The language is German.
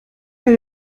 mir